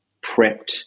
prepped